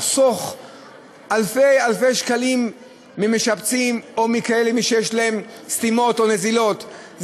לחסוך אלפי אלפי שקלים למשפצים או למי שיש להם סתימות או נזילות,